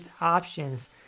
options